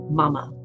mama